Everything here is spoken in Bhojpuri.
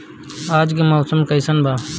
आज के मौसम कइसन बा?